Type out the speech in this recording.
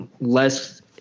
less